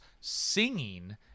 singing